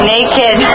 Naked